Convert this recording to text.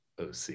OC